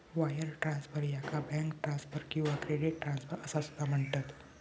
wire transfer, याका bank transfer किंवा credit transfer असा सुद्धा म्हणतत